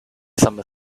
some